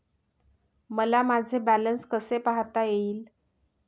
मला माझे बॅलन्स कसे पाहता येईल?